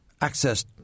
access